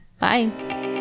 Bye